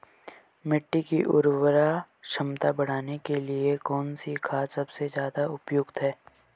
मिट्टी की उर्वरा क्षमता बढ़ाने के लिए कौन सी खाद सबसे ज़्यादा उपयुक्त है?